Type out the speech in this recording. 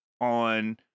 on